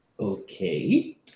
Okay